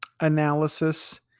analysis